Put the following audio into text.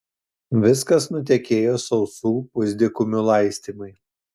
viskas nutekėjo sausų pusdykumių laistymui